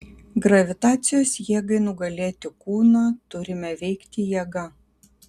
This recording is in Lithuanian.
gravitacijos jėgai nugalėti kūną turime veikti jėga